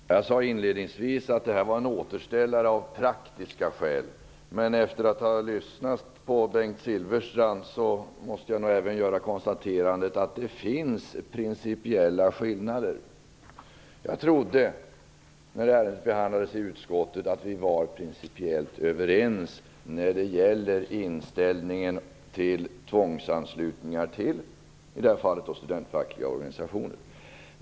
Fru talman! Jag sade inledningsvis att detta var en återställare av praktiska skäl. Men efter att ha lyssnat på Bengt Silfverstrand måste jag göra konstaterandet att det finns principiella skillnader. När ärendet behandlades i utskottet trodde jag att vi var principiellt överens när det gäller inställningen till tvångsanslutningar till i det här fallet studentfackliga organisationer.